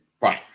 Right